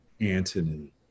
Antony